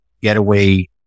getaway